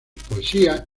poesía